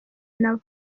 nabo